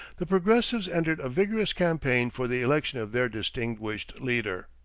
the progressives entered a vigorous campaign for the election of their distinguished leader.